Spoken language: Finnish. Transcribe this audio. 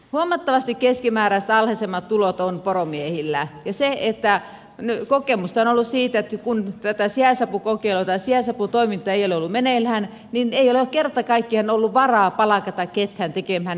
huomattavasti keskimääräistä alhaisemmat tulot on poromiehillä ja kokemusta on ollut siitä että kun tätä sijaisapukokeilua tai sijaisaputoimintaa ei ole ollut meneillään niin ei ole kerta kaikkiaan ollut varaa palkata ketään tekemään näitä töitä